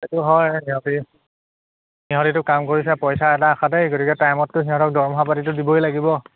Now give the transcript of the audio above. সেইটো হয় সিহঁতি সিহঁতিটো কাম কৰিছে পইচা এটা আশাতেই গতিকে টাইমতটো সিহঁতক দৰমহা পাতিটো দিবই লাগিব